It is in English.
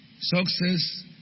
Success